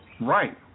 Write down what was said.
Right